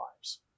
lives